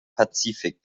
pazifik